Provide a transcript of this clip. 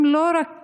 לא רק